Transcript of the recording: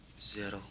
Zero